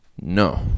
No